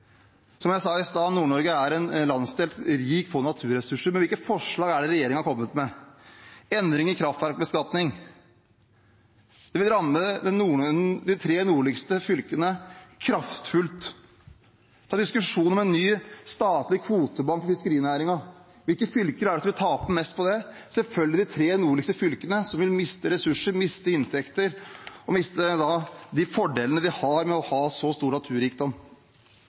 Som jeg sa i stad: Nord-Norge er en landsdel rik på naturresurser, men hvilke forslag er det regjeringen har kommet med? Endringen i kraftverkbeskatning vil ramme de tre nordligste fylkene kraftfullt. Det er diskusjon om en ny statlig kvotebank i fiskerinæringen. Hvilke fylker er det som vil tape mest på det? Det er selvfølgelig de tre nordligste fylkene, som vil miste ressurser, miste inntekter og miste de fordelene de har med å ha så stor naturrikdom.